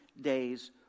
days